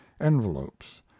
envelopes